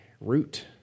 root